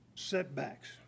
Setbacks